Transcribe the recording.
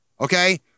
Okay